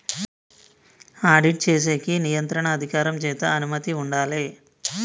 audit చేసేకి నియంత్రణ అధికారం చేత అనుమతి ఉండాలే